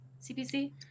CPC